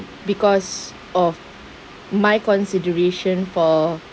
because of my consideration for